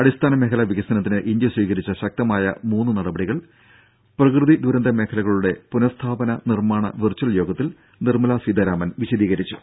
അടിസ്ഥാന മേഖലാ വികസനത്തിന് ഇന്ത്യ സ്വീകരിച്ച ശക്തമായ മൂന്ന് നടപടികൾ പ്രകൃതി ദുരന്ത മേഖലകളുടെ പുനസ്ഥാപന നിർമ്മാണ വെർച്ചൽ യോഗത്തിൽ നിർമ്മലാ സീതാരാമൻ വിശദീകരിച്ചു